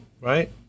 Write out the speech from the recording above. right